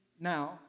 Now